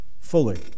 fully